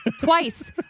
Twice